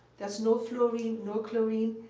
there's no fluorine, no chlorine.